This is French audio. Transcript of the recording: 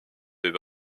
fait